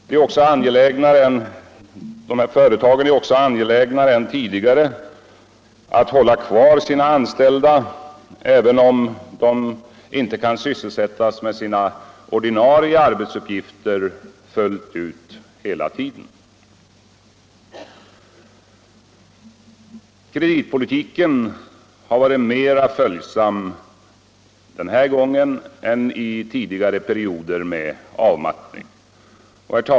De är också angelägnare än tidigare om att hålla kvar sina anställda, även om de inte kan sysselsättas med sina ordinarie arbetsuppgifter fullt ut hela tiden. Kreditpolitiken har varit mera följsam än i tidigare perioder med avmattning.